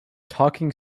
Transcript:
talking